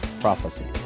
Prophecy